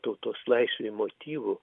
tautos laisvei motyvu